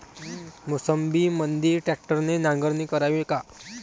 मोसंबीमंदी ट्रॅक्टरने नांगरणी करावी का?